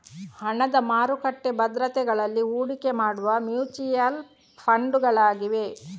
ಹಣದ ಮಾರುಕಟ್ಟೆ ಭದ್ರತೆಗಳಲ್ಲಿ ಹೂಡಿಕೆ ಮಾಡುವ ಮ್ಯೂಚುಯಲ್ ಫಂಡುಗಳಾಗಿವೆ